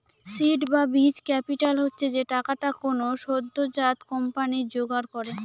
seed বা বীজ capital হচ্ছে যে টাকাটা কোনো সদ্যোজাত কোম্পানি জোগাড় করে